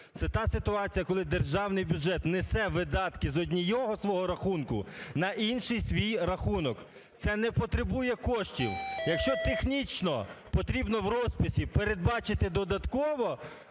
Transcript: Це та ситуація, коли державний бюджет несе видатки з одного свого рахунку на інший свій рахунок, це не потребує коштів. Якщо технічно потрібно в розписі передбачити додатково,